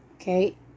Okay